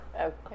Okay